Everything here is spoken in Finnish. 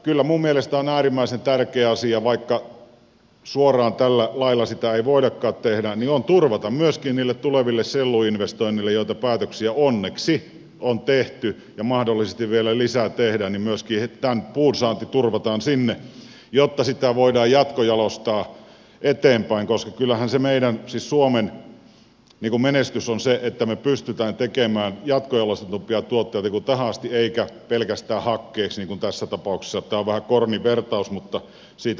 kyllä minun mielestäni on äärimmäisen tärkeä asia vaikka suoraan tällä lailla sitä ei voidakaan tehdä turvata myöskin niille tuleville selluinvestoinneille joita päätöksiä onneksi on tehty ja mahdollisesti vielä lisää tehdään puun saanti jotta sitä voidaan jatkojalostaa eteenpäin koska kyllähän se meidän siis suomen menestys on se että me pystymme tekemään jatkojalostetumpia tuotteita kuin tähän asti emmekä pelkästään hakkeeksi niin kuin tässä tapauksessa tämä on vähän korni vertaus mutta siitä huolimatta